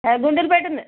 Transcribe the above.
ഗുണ്ടൽപേട്ട് നിന്ന്